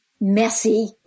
messy